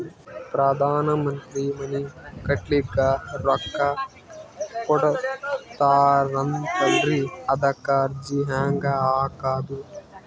ಪ್ರಧಾನ ಮಂತ್ರಿ ಮನಿ ಕಟ್ಲಿಕ ರೊಕ್ಕ ಕೊಟತಾರಂತಲ್ರಿ, ಅದಕ ಅರ್ಜಿ ಹೆಂಗ ಹಾಕದು?